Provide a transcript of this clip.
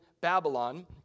Babylon